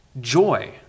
joy